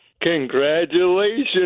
Congratulations